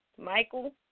Michael